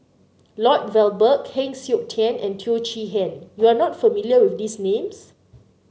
Lloyd Valberg Heng Siok Tian and Teo Chee Hean you are not familiar with these names